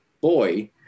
boy